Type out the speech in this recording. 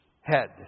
head